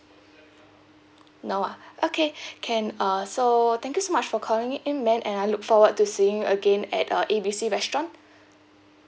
no ah okay can uh so thank you so much for calling in ma'am and I look forward to seeing you again at uh A B C restaurant